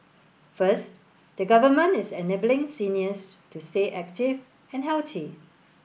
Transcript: first the Government is enabling seniors to stay active and healthy